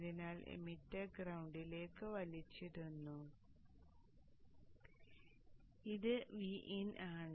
അതിനാൽ എമിറ്റർ ഗ്രൌണ്ടിലേക്ക് വലിച്ചിടുന്നു ഇത് Vin ആണ്